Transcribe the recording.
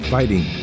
Fighting